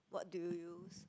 what do you use